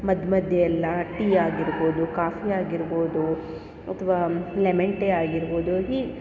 ಮದ್ ಮಧ್ಯೆ ಎಲ್ಲ ಟೀ ಆಗಿರ್ಬೋದು ಕಾಫಿ ಆಗಿರ್ಬೋದು ಅಥವಾ ಲೆಮೆನ್ ಟೀ ಆಗಿರ್ಬೋದು ಹೀಗೆ